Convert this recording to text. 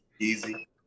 easy